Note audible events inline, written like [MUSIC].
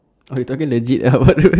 uh you talking legit ah [NOISE] what the hell